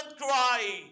cry